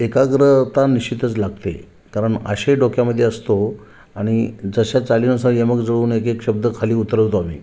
एकाग्रता निश्चितच लागते कारण आशय डोक्यामध्ये असतो आणि जशा चालीनुसार यमक जुळवून एक एक शब्द खाली उतरवतो आम्ही